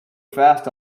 fast